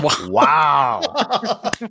Wow